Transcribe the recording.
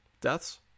deaths